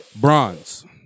bronze